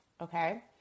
Okay